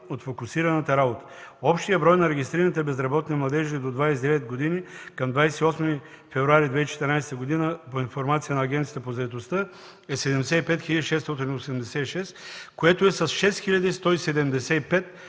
от фокусираната работа. Общият брой на регистрираните безработни младежи до 29 години към 28 февруари 2014 г. по информация на Агенцията по заетостта е 75 686, което е с 6175